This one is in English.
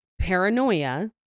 paranoia